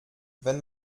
wenn